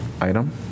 item